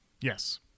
Yes